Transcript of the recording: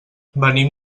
venim